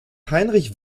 heinrich